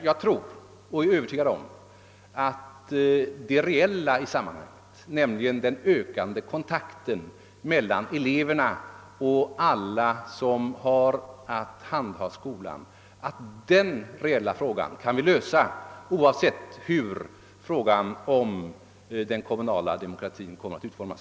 Jag är emellertid övertygad om att vi skall kunna lösa den reella frågan i detta sammanhang, nämligen behovet av en ökad kontakt mellan eleverna och alla som har att handha skolan, oavsett hur frågan om den kommunala demokratin kommer att utformas.